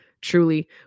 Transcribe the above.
Truly